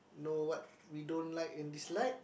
know what we don't like and dislike